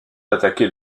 attaqué